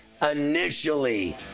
initially